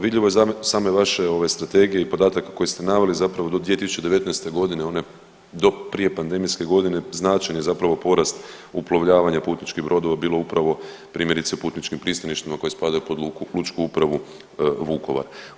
Vidljivo iz same vaše ove Strategije i podatak koji ste naveli, zapravo do 2019. g., do prije pandemijske godine, značajni zapravo porast uplovljavanja putničkih brodova, upravo primjerice putničkim pristaništima koji spadaju pod lučku upravu Vukovar.